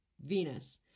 Venus